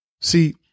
See